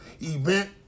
event